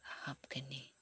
ꯍꯥꯞꯀꯅꯤ